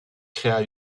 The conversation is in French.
créa